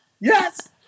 yes